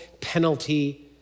penalty